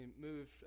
moved